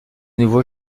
nouveau